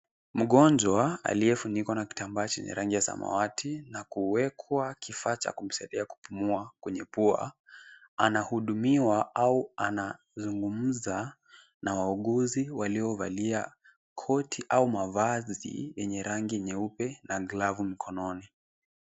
Mgonjwa, aliyefunikwa na kitambaa chenye rangi ya samawati na kuwekwa kifaa cha kumsaidia kupumua kwenye pua. Anahudumiwa au anazungumza na wauguzi waliovalia koti au mavazi yenye rangi nyeupe na glavu mkononi.